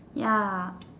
ya